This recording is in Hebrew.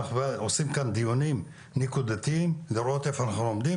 ואנחנו עושים כאן דיונים נקודתיים לראות איפה אנחנו עומדים,